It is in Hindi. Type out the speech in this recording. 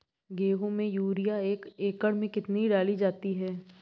गेहूँ में यूरिया एक एकड़ में कितनी डाली जाती है?